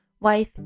wife